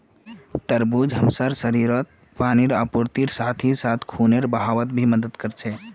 तरबूज हमसार शरीरत पानीर आपूर्तिर साथ ही साथ खूनेर बहावत भी मदद कर छे